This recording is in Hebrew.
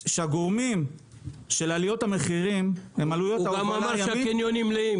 הגורמים של עליות המחירים הם עלויות ההובלה הימית.